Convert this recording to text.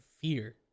fear